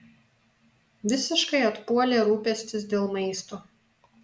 visiškai atpuolė rūpestis dėl maisto